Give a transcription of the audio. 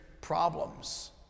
problems